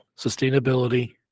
Sustainability